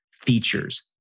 features